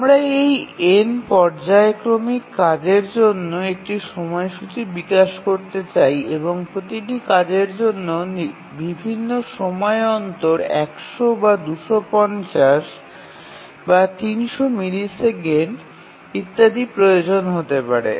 আমরা এই n পর্যায়ক্রমিক কাজের জন্য একটি সময়সূচী বিকাশ করতে চাই এবং প্রতিটি কাজের জন্য বিভিন্ন সময় অন্তর ১00 বা ২৫০ বা ৩০০ মিলিসেকেন্ড ইত্যাদি প্রয়োজন হতে পারে